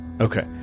Okay